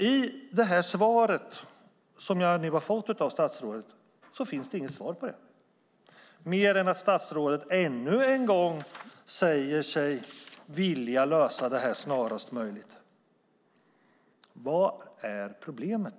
I det svar som jag nu har fått av statsrådet finns det inget svar på det, mer än att statsrådet ännu en gång säger sig vilja lösa det här snarast möjligt. Vad är problemet?